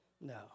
No